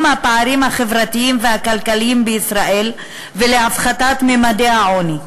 הפערים החברתיים והכלכליים בישראל ולהפחתת ממדי העוני.